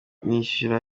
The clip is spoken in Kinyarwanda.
nishyura